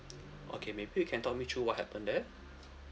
okay maybe you can talk me through what happened there